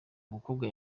umukobwa